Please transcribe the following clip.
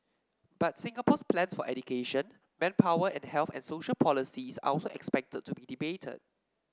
but Singapore's plans for education manpower and health and social policies are also expected to be debated